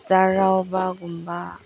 ꯆꯩꯔꯥꯎꯕꯒꯨꯝꯕ